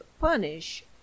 punish